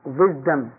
wisdom